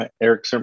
Eric